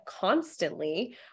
constantly